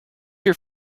your